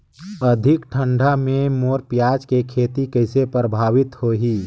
अधिक ठंडा मे मोर पियाज के खेती कइसे प्रभावित होही?